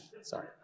Sorry